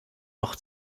noch